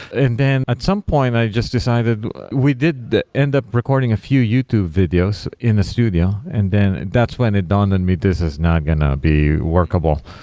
and then at some point i just decided we did end up recording a few youtube videos in a studio, and then that's when it dawned on me this is not going to be workable,